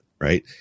Right